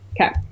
Okay